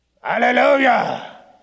Hallelujah